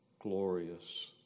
glorious